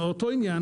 באותו עניין,